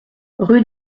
rue